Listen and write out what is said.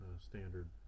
standard